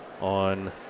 on